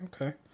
okay